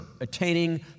attaining